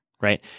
right